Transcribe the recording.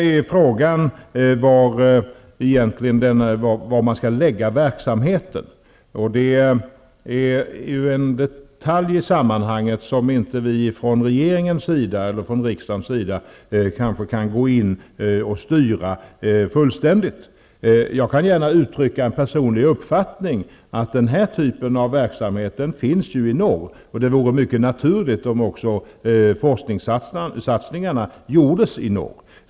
Var man skall lägga verksamheten är en detalj i sammanhanget som vi från regeringens eller riksdagens sida kanske inte kan gå in och styra fullständigt. Jag kan gärna uttrycka en personlig uppfattning att denna typ av verksamhet finns i norr och det vore naturligt om också forskningssatsningarna gjordes i norr.